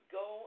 go